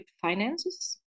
finances